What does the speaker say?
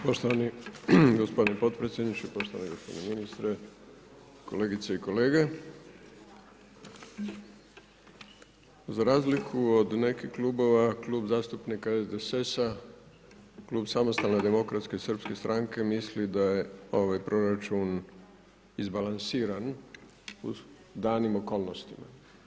Poštovani g. potpredsjedniče, poštovani g. ministre, kolegice i kolege, za razliku od nekih klubova Klub zastupnika SDSS-a, Klub Samostalne demokratske srpske stranke misli da je ovaj proračun izbalansiran u danim okolnostima.